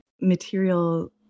material